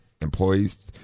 employees